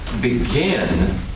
begin